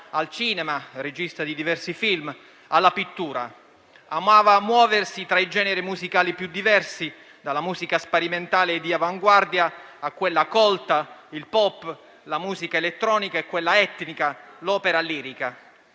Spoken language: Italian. al cinema (regista di diversi film), alla pittura. Amava muoversi tra i generi musicali più diversi: dalla musica sperimentale e di avanguardia a quella colta, al pop, alla musica elettronica ed etnica, all'opera lirica.